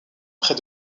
près